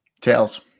tails